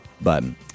button